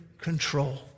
control